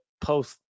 post